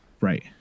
Right